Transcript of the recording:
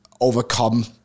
overcome